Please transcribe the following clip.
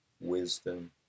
wisdom